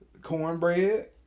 cornbread